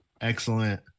Excellent